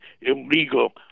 illegal